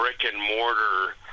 brick-and-mortar